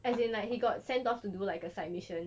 as in like he got sent off to do like a side mission